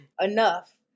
enough